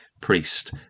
priest